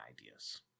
ideas